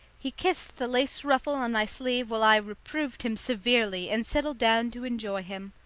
he kissed the lace ruffle on my sleeve while i reproved him severely and settled down to enjoy him.